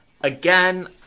again